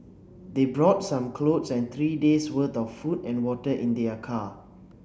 they brought some clothes and three days worth of food and water in their car